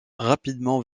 rapidement